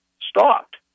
stopped